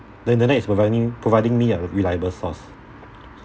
the internet is providing providing me a reliable source